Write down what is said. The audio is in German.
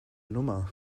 nummer